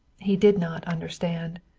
he did not understand.